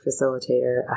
facilitator